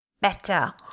better